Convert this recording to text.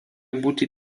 būti